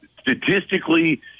statistically